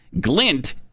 Glint